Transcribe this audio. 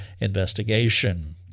investigation